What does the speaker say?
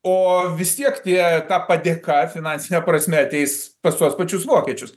o vis tiek tie ta padėka finansine prasme ateis pas tuos pačius vokiečius